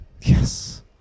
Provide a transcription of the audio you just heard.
Yes